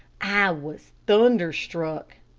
i was thunderstruck.